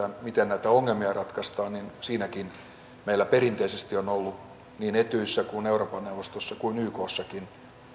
miten näitä ongelmia ratkaistaan meillä perinteisesti on ollut niin etyjissä kuin euroopan neuvostossa kuin ykssakin